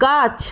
গাছ